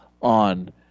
on